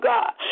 God